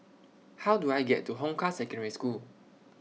How Do I get to Hong Kah Secondary School